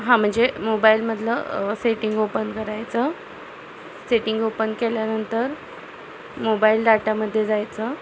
हा म्हणजे मोबाईलमधील सेटिंग ओपन करायचं सेटिंग ओपन केल्यानंतर मोबाईल डाटामध्ये जायचं